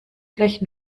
gleich